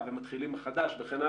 כן.